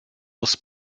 was